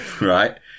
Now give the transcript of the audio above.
right